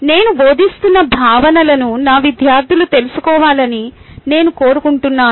నేను బోధిస్తున్న భావనలను నా విద్యార్థులు తెలుసుకోవాలని నేను కోరుకుంటున్నాను